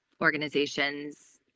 organizations